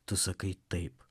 tu sakai taip